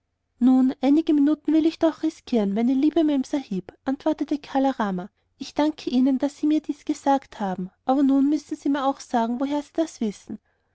nun einige minuten will ich doch riskieren meine liebe memsahib antwortete kala rama ich danke ihnen daß sie mir dies gesagt haben aber nun müssen sie mir auch sagen woher sie das wissen